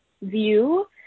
view